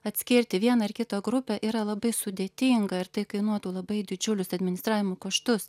atskirti vieną ar kitą grupę yra labai sudėtinga ir tai kainuotų labai didžiulius administravimo kaštus